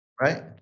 Right